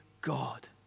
God